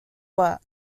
work